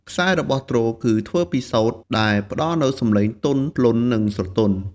ខ្សែរបស់ទ្រគឺធ្វើពីសូត្រដែលផ្តល់នូវសំឡេងទន់ភ្លន់និងស្រទន់។